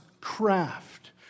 craft